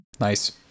Nice